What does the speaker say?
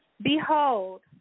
Behold